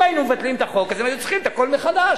אם היינו מבטלים את החוק הם היו צריכים לעשות את הכול מחדש.